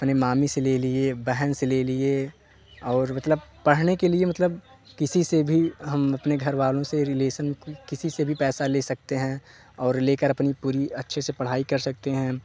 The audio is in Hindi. अपने मामी से ले लिए बहन से ले लिए और मतलब पढ़ने के लिए मतलब किसी से भी हम अपने घर वालों से रिलेसन किसी से भी पैसा ले सकते हैं और ले कर अपनी पूरी अच्छे से पढ़ाई कर सकते हैं